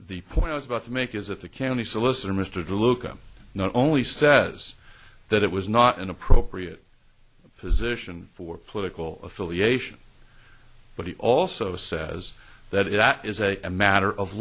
the point i was about to make is that the county solicitor mr deluca not only says that it was not an appropriate position for political affiliation but he also says that it is a matter of